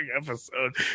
episode